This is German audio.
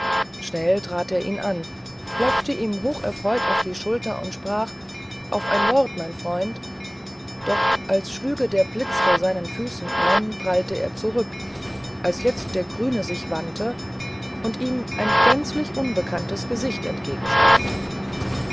schnell trat er ihn an klopfte ihm hocherfreut auf die schulter und sprach auf ein wort mein freund doch als schlüge der blitz vor seinen füßen ein prallte er zurück als jetzt der grüne sich wandte und ihm ein gänzlich unbekanntes gesicht